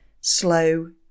slow